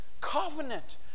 covenant